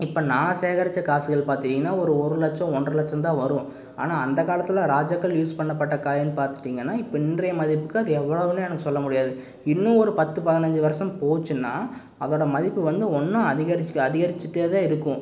இப்போ நான் சேகரித்த காசுகள் பார்த்தீங்கனா ஒரு ஒரு லட்சம் ஒன்றரை லட்சம் தான் வரும் ஆனால் அந்த காலத்தில் ராஜாக்கள் யூஸ் பண்ணப்பட்ட காயின் பார்த்துட்டிங்கனா இப்போ இன்றைய மதிப்புக்கு அது எவ்ளோவுன்னு எனக்கு சொல்ல முடியாது இன்னும் ஒரு பத்து பதினைஞ்சு வருஷம் போச்சுன்னால் அதோடய மதிப்பு வந்து ஒன்று அதிகரிச்சு அதிகரிச்சிட்டே தான் இருக்கும்